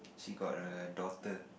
she got a daughter